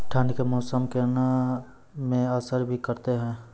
ठंड के मौसम केला मैं असर भी करते हैं?